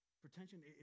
Pretension